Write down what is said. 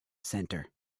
centre